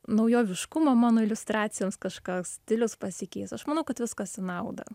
naujoviškumo mano iliustracijoms kažkoks stilius pasikeis aš manau kad viskas į naudą